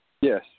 Yes